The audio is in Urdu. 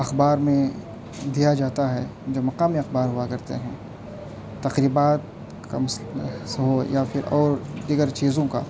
اخبار میں دیا جاتا ہے جو مقامی اخبار ہوا کرتے ہیں تقریبات ہو یا پھر اور دیگر چیزوں کا